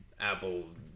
Apple's